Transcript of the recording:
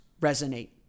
resonate